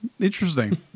Interesting